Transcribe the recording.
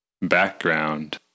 background